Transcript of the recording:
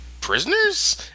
Prisoners